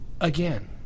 Again